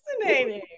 fascinating